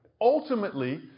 Ultimately